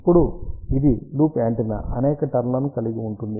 ఇప్పుడు ఇది loop antenna అనేక టర్న్ లను కలిగి ఉంటుంది